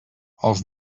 els